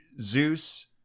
Zeus